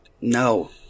No